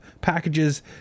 packages